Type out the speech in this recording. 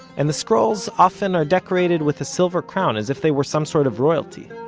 and the scrolls often are decorated with a silver crown as if they were some sort of royalty.